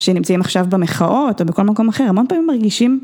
שנמצאים עכשיו במכרעות או בכל מקום אחר המון פעמים מרגישים.